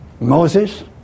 Moses